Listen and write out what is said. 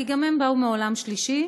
כי גם הם באו מעולם שלישי.,